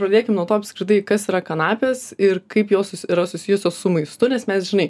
pradėkim nuo to apskritai kas yra kanapės ir kaip jos su yra susijusios su maistu nes mes žinai